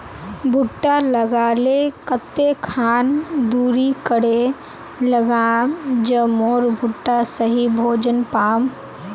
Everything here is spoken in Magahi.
भुट्टा लगा ले कते खान दूरी करे लगाम ज मोर भुट्टा सही भोजन पाम?